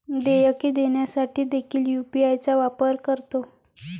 देयके देण्यासाठी देखील यू.पी.आय चा वापर करतो